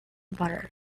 butter